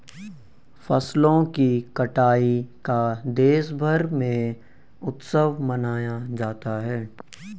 फसलों की कटाई का देशभर में उत्सव मनाया जाता है